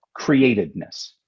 createdness